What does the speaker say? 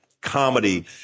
comedy